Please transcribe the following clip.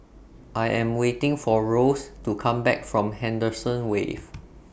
I Am waiting For Rose to Come Back from Henderson Wave